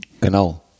Genau